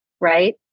right